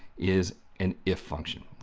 is an if function,